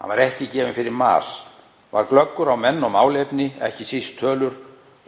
Hann var ekki gefinn fyrir mas, var glöggur á menn og málefni, ekki síst tölur,